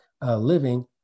living